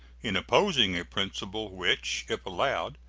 in opposing a principle which, if allowed,